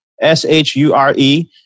S-H-U-R-E